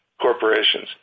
corporations